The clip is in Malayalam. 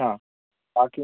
ആ ബാക്കിയോ